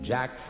Jack